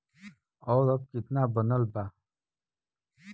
और अब कितना बनल बा?